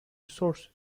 resources